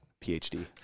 PhD